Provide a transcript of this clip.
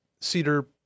cedar